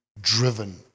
driven